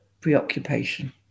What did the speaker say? preoccupation